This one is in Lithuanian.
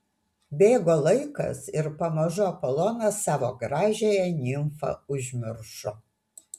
bėgo laikas ir pamažu apolonas savo gražiąją nimfą užmiršo